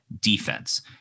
defense